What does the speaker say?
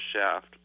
shaft